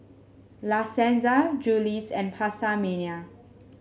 La Senza Julie's and PastaMania